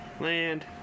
Land